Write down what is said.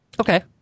Okay